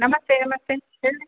ನಮಸ್ತೆ ನಮಸ್ತೆ ಹೇಳಿ